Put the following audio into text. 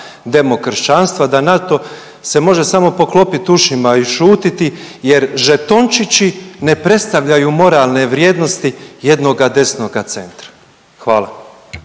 demokršćanstva da na to se može samo poklopit ušima i šutiti jer žetončići ne predstavljaju moralne vrijednosti jednoga desnoga centra, hvala.